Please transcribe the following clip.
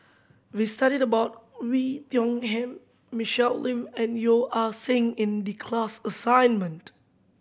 we studied about Oei Tiong Ham Michelle Lim and Yeo Ah Seng in the class assignment